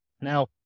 Now